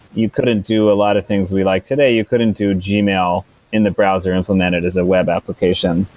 you couldn't do a lot of things we like today. you couldn't do gmail in the browser implemented as a web application.